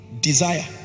desire